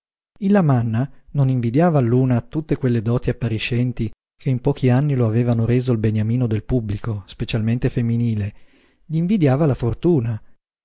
il lamanna non invidiava al luna tutte quelle doti appariscenti che in pochi anni lo avevano reso il beniamino del pubblico specialmente femminile gl'invidiava la fortuna